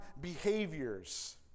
behaviors